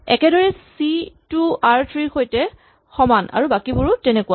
একেদৰেই C two আৰ three ৰ সৈতে সমান আৰু বাকীবোৰো তেনেকুৱা